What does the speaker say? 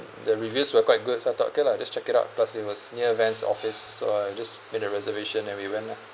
the reviews were quite good so I thought okay lah just check it out plus it was near van's office so I just made a reservation then we went lah